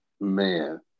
man